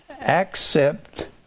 accept